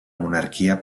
monarquia